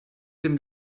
dem